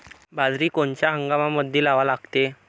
बाजरी कोनच्या हंगामामंदी लावा लागते?